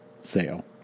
sale